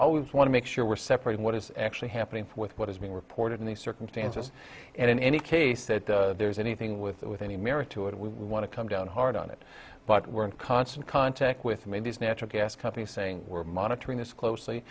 would want to make sure we're separating what is actually happening with what is being reported in these circumstances and in any case that there's anything with that with any merit to it we want to come down hard on it but we're in constant contact with made these natural gas companies saying we're monitoring this closely